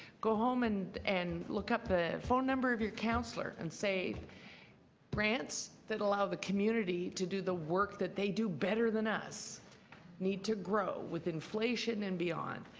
go home and and look up the phone number of your councillor and say grants that allow the community to do the work that they do better than us need grow with inflition and beyond.